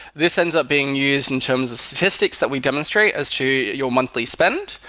this ends up being used in terms of statistics that we demonstrate as to your monthly spend,